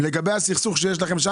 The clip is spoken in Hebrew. לגבי הסכסוך שיש לכם.